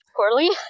Poorly